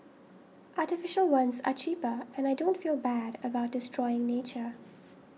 artificial ones are cheaper and I don't feel bad about destroying nature